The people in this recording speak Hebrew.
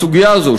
בסוגיה הזאת,